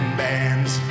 bands